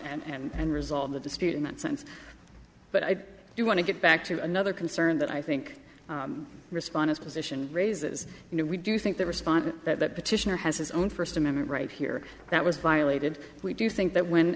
preserved and resolve the dispute in that sense but i do want to get back to another concern that i think responders position raises you know we do think that response that petitioner has his own first amendment right here that was violated we do think that when